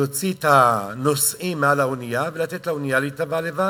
להוציא את הנוסעים מהאונייה ולתת לאונייה לטבוע לבד,